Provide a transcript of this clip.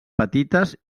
petites